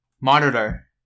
monitor